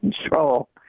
control